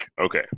okay